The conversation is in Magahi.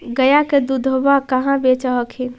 गया के दूधबा कहाँ बेच हखिन?